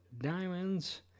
diamonds